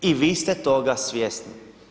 I vi ste toga svjesni.